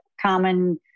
common